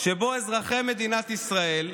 שבו אזרחי מדינת ישראל,